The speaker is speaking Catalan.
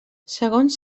segons